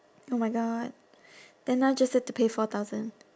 oh my god then now just have to pay four thousand